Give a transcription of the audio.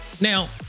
now